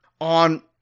on